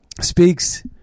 speaks